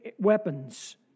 weapons